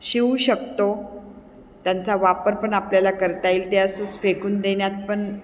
शिवू शकतो त्यांचा वापर पण आपल्याला करता येईल ते असंच फेकून देण्यात पण